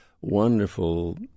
wonderful